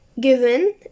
given